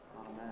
Amen